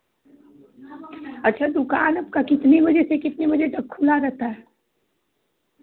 अच्छा दुकान आपका कितने बजे से कितने बजे तक खुला रहता है